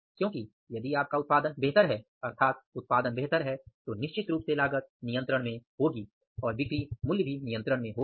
क्योंकि यदि आपका उत्पादन बेहतर है अर्थात उत्पादन बेहतर है तो निश्चित रूप से लागत नियंत्रण में होगी और बिक्री मूल्य भी नियंत्रण में होगा